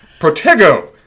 Protego